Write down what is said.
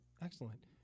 Excellent